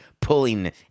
pulling